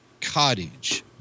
cottage